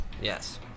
Yes